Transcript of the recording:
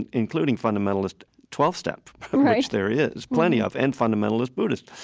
and including fundamentalist twelve step right which there is plenty of, and fundamentalist buddhist.